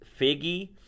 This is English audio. Figgy